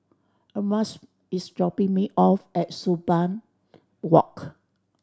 Erasmus is dropping me off at Sumang Walk